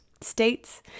states